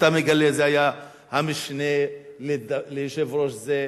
ואתה מגלה: זה היה המשנה ליושב-ראש זה,